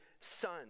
son